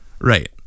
right